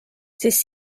siis